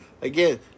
Again